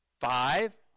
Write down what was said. five